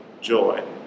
joy